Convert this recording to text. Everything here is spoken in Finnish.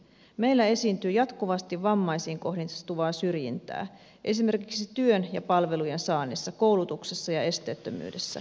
meillä esiintyy jatkuvasti vammaisiin kohdistuvaa syrjintää esimerkiksi työn ja palvelujen saannissa koulutuksessa ja esteettömyydessä